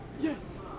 Yes